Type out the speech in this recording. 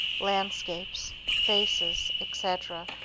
landscapes, faces, etc,